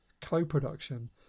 Co-production